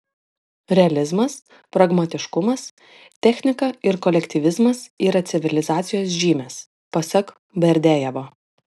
realizmas pragmatiškumas technika ir kolektyvizmas yra civilizacijos žymės pasak berdiajevo